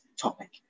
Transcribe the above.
topic